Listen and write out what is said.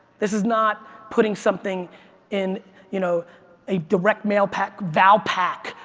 this is not putting something in you know a direct mail pack, val pak,